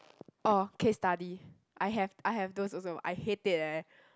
orh case study I have I have those also I hate it eh